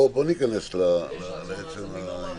בוא ניכנס לעצם העניין.